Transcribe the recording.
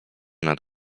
nad